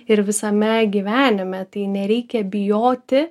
ir visame gyvenime tai nereikia bijoti